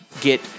get